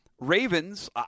Ravens